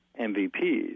MVPs